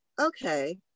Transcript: okay